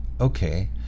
okay